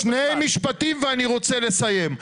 שני משפטים ואני רוצה לסיים.